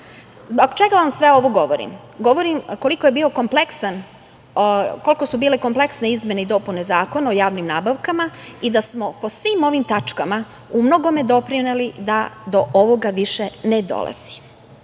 čega vam sve ovo govorim, govorim koliko su bile kompleksne izmene i dopune Zakona o javnim nabavkama i da smo po svim ovim tačkama, u mnogome doprineli da do ovoga više ne dolazi. Pored